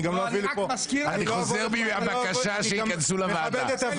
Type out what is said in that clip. אני גם לא אביא לפה --- אני חוזר בי מהבקשה שיכנסו לוועדה.